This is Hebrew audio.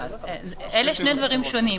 אלה שני דברים שונים.